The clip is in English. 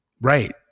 right